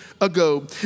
ago